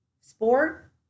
sport